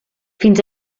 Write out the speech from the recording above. fins